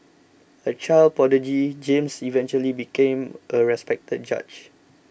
a child prodigy James eventually became a respected judge